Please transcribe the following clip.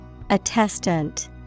Attestant